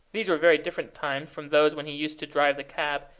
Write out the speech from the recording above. these were very different times from those when he used to drive the cab,